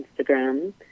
Instagram